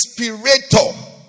inspirator